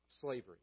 slavery